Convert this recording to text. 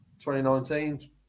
2019